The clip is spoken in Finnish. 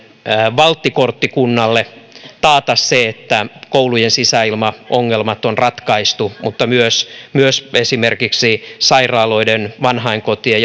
valttikortti kunnalle taata se että koulujen sisäilmaongelmat on ratkaistu mutta myös myös se että esimerkiksi sairaaloiden vanhainkotien